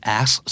ask